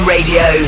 Radio